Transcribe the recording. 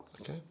Okay